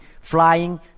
flying